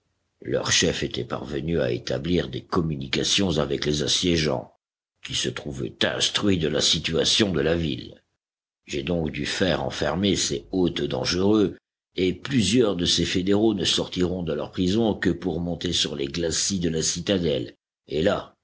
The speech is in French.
leur chef était parvenu à établir des communications avec les assiégeants qui se trouvaient instruits de la situation de la ville j'ai donc dû faire enfermer ces hôtes dangereux et plusieurs de ces fédéraux ne sortiront de leur prison que pour monter sur les glacis de la citadelle et là